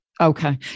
Okay